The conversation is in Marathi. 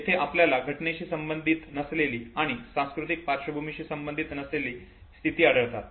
येथे आपल्याला घटनेशी संबधित नसलेली आणि सांस्कृतिक पार्श्वभूमीशी संबधित नसलेली स्थिती आढळते